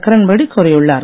கிரண் பேடி கூறியுள்ளார்